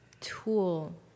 tool